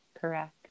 correct